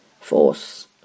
force